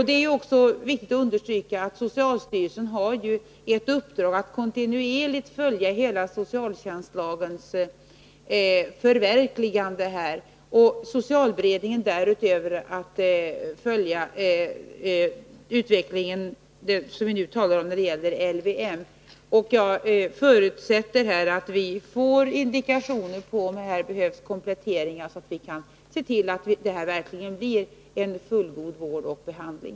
Det är också viktigt att understryka att socialstyrelsen har i uppdrag att kontinuerligt följa hela socialtjänstlagens förverkligande. Därutöver har socialutredningen att följa utvecklingen när det gäller LVM. Om det behövs kompletteringar, förutsätter jag att vi får indikationer på det, så att vi kan se till att det blir en fullgod vård och behandling.